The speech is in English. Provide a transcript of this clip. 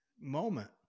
moment